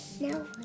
No